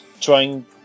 trying